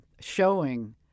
showing